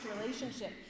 relationship